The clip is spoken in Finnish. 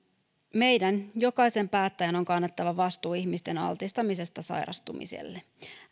meidän jokaisen päättäjän on kannettava vastuu ihmisten altistamisesta sairastumiselle